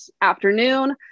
afternoon